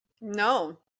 No